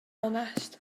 onest